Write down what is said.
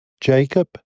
Jacob